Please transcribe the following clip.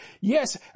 Yes